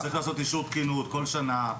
צריך לעשות אישור תקינות כל שנה,